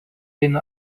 eina